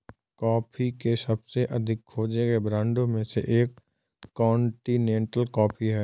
coffee के सबसे अधिक खोजे गए ब्रांडों में से एक कॉन्टिनेंटल कॉफ़ी है